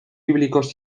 bíblicos